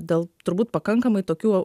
dėl turbūt pakankamai tokių